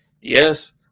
Yes